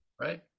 right